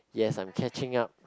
yes I am catching up